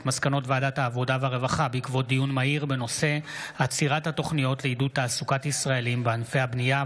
עבודה מועדפת ביישובי עוטף הגבול הדרומי והצפוני)